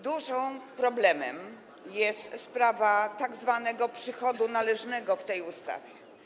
Dużym problemem jest sprawa tzw. przychodu należnego w tej ustawie.